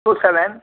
two seven